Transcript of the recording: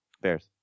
Bears